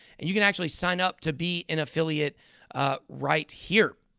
and you can actually sign up to be an affiliate right here.